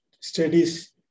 studies